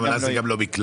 אבל אז זה גם לא מקלט.